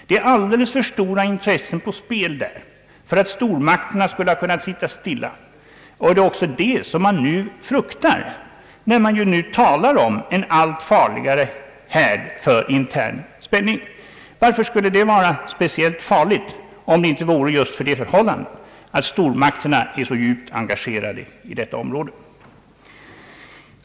Det står alideles för stora intressen på spel där, för att stormakterna skulle ha kunnat sitta stilla, och det är också detta man nu fruktar när man talar om en allt farligare härd för internationell spänning. Varför skulle det vara speciellt farligt om inte förhållandet vore just det, att stormakterna är så djupt engagerade i detta område?